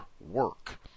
work